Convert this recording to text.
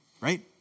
right